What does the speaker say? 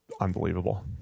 unbelievable